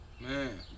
man